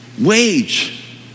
wage